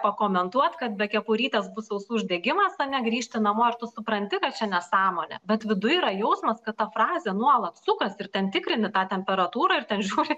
pakomentuot kad be kepurytės bus ausų uždegimas ane grįžti namo ir tu supranti kad čia nesąmonė bet viduj yra jausmas kad ta frazė nuolat sukasi ir ten tikrini tą temperatūrą ir ten žiūri